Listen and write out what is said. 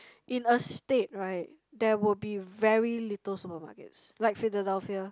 in a state right there will be very little supermarkets like Philadelphia